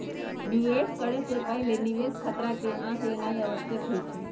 निवेश करे से पहिले निवेश खतरा के आँक लेनाइ आवश्यक होइ छइ